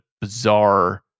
bizarre